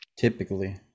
typically